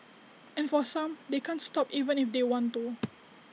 and for some they can't stop even if they want to